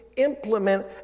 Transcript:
implement